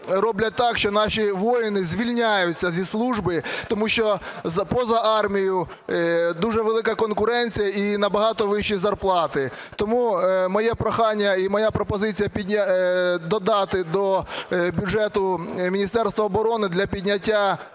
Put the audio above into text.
роблять так, що наші воїни звільняються зі служби, тому що поза армією дуже велика конкуренція і набагато вищі зарплати. Тому моє прохання і моя пропозиція додати до бюджету Міністерства оборони для підняття